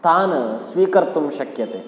तान् स्वीकर्तुं शक्यते